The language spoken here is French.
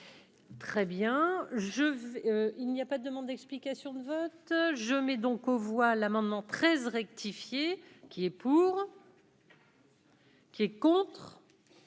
je veux, il n'y a pas de demande d'explication de vote je mets donc aux voix l'amendement 13 rectifié, qui est pour. Qui est contre.